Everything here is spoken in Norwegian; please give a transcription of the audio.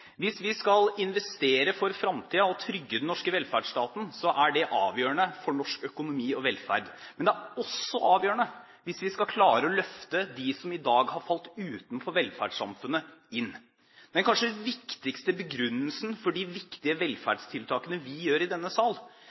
Hvis vi skal investere for fremtiden og trygge den norske velferdsstaten, så er dét avgjørende for norsk økonomi og velferd, men det er også avgjørende hvis vi skal klare å løfte dem som i dag har falt utenfor velferdssamfunnet, inn. Men den kanskje viktigste begrunnelsen for de viktige velferdstiltakene vi vedtar i denne sal,